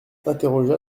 interrogea